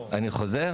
אני חוזר,